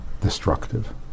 destructive